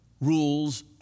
rules